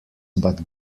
but